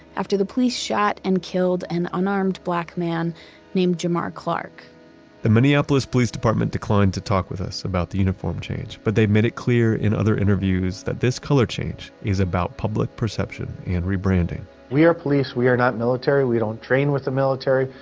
after the police shot and killed an unarmed black man named jamar clark the minneapolis police department declined to talk with us about the uniform change, but they made it clear in other interviews that this color change is about public perception and rebranding we are police. we are not military. we don't train with the military.